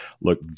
Look